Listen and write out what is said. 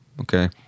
Okay